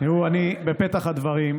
בפתח הדברים,